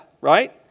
right